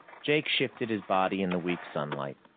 jake shifted his body in the weak sunlight.